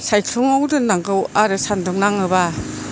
सायख्लुमाव दोन्नांगौ आरो सान्दुं नाङोबा